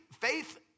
faith